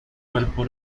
cuerpo